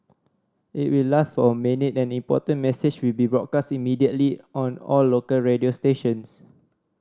it will last for a minute and an important message will be broadcast immediately on all local radio stations